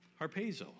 Harpezo